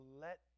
let